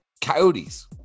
coyotes